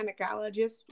gynecologist